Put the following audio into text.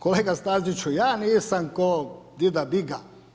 Kolega Staziću ja nisam kao „dida biga“